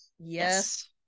yes